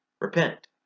Repent